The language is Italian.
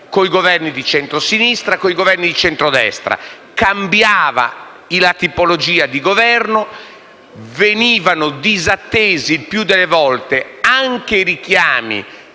con i Governi di centro-sinistra e centro-destra. Cambiava la tipologia di Governo; venivano disattesi il più delle volte anche i richiami